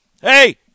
Hey